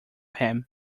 him